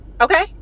okay